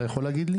אתה יכול להגיד לי?